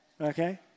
okay